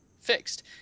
fixed